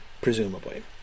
presumably